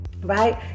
right